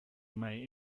may